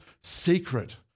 secret